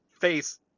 face